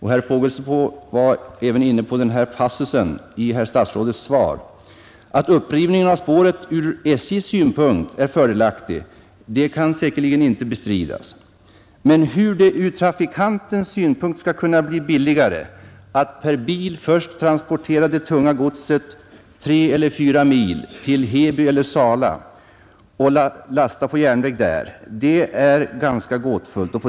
Herr Fågelsbo var även inne på denna passus i kommunikationsministerns svar. Att en upprivning av spåret ur SJ:s synpunkt är fördelaktig kan säkerligen inte bestridas, men hur det ur trafikanternas synpunkt skall kunna bli billigare att per bil först transportera det tunga godset tre eller fyra mil till Heby eller Sala och sedan lasta det på järnväg där är ganska gåtfullt.